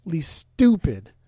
stupid